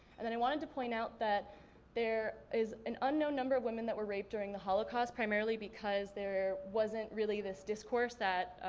and then i wanted to point out that there is an unknown number of women that were raped during the holocaust, primarily because there wasn't really this discourse that,